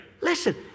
Listen